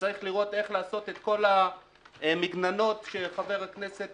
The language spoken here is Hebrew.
וצריך לראות איך לעשות את כל המגננות שחבר הכנסת